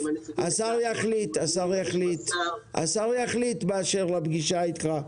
השר יחליט באשר לפגישה איתך.